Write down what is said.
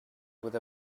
with